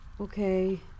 Okay